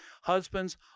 Husbands